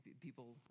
people